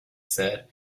said